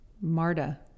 MARTA